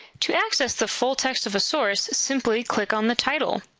to access the full text of a source, simply click on the title.